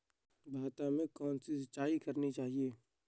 भाता में कौन सी सिंचाई करनी चाहिये?